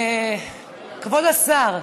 כבוד השר,